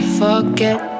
forget